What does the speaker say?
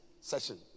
session